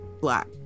Black